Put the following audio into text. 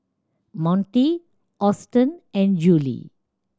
Monty Austen and Juli